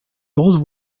old